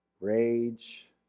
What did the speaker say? rage